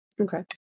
Okay